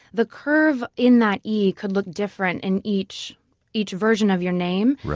the curve in that e could look different in each each version of your name.